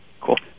Cool